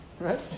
right